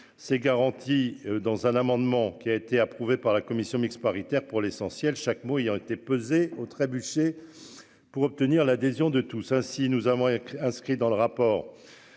ces garanties dans un amendement qui a été approuvé par la commission mixte paritaire pour l'essentiel, chaque mot ayant été pesé au trébuchet. Pour obtenir l'adhésion de tout ça. Si nous avons inscrit dans le rapport